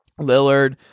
Lillard